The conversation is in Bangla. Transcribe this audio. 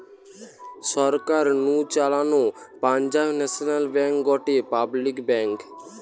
সরকার নু চালানো পাঞ্জাব ন্যাশনাল ব্যাঙ্ক গটে পাবলিক ব্যাঙ্ক